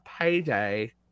payday